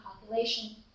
population